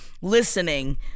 listening